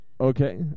okay